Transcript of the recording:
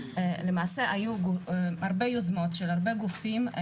למעשה היו הרבה יוזמות של הרבה גופים,